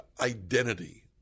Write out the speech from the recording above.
identity